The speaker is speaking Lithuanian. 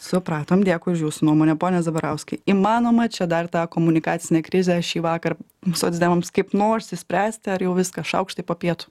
supratom dėkui už jūsų nuomonę pone zabarauskai įmanoma čia dar tą komunikacinę krizę šįvakar socdemams kaip nors išspręsti ar jau viskas šaukštai po pietų